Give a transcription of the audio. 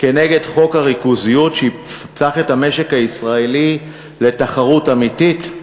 כנגד חוק הריכוזיות שיפתח את המשק הישראלי לתחרות אמיתית?